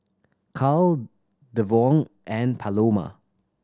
Carl Devaughn and Paloma